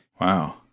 Wow